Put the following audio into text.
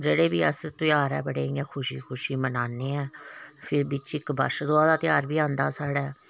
जेह्डे़ बी अस ध्यार ऐ बडे़ इ'यां खुशी खुशी मनाने ऐ फ्ही बिच इक बच्छदुआ दा ध्यार बी आंदा साढ़े